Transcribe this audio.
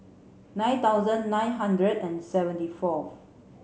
nine thousand nine hundred and seventy four